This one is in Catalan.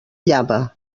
llava